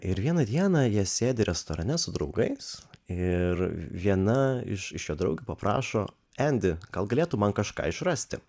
ir vieną dieną jie sėdi restorane su draugais ir viena iš jo draugių paprašo endi gal galėtum man kažką išrasti